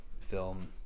film